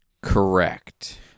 Correct